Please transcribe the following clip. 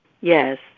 Yes